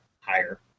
higher